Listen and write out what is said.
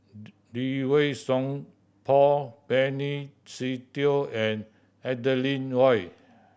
Lee Wei Song Paul Benny Se Teo and Adeline Ooi